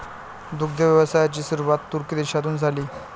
दुग्ध व्यवसायाची सुरुवात तुर्की देशातून झाली